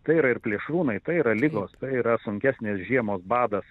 tai yra ir plėšrūnai tai yra ligos tai yra sunkesnės žiemos badas